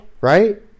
right